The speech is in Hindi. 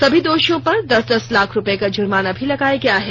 सभी दोषियों पर दस दस लाख रुपये का जुर्माना भी लगाया गया है